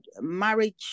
marriage